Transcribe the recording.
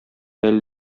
әле